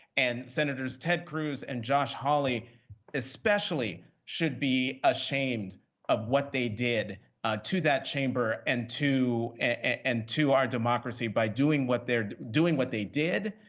and senators ted cruz and josh hawley especially should be ashamed of what they did to that chamber and to and to our democracy by doing what they're doing what they did,